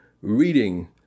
reading